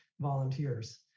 volunteers